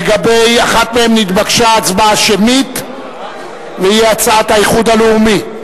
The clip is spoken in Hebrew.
לגבי אחת מהן נתבקשה הצבעה שמית והיא הצעת האיחוד הלאומי.